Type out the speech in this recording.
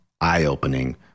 eye-opening